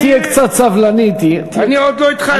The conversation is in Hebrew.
תהיה קצת סבלני, אני עוד לא התחלתי.